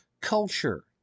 culture